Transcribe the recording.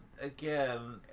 again